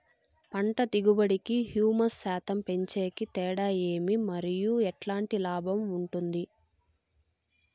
పంట దిగుబడి కి, హ్యూమస్ శాతం పెంచేకి తేడా ఏమి? మరియు ఎట్లాంటి లాభం ఉంటుంది?